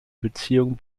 beziehung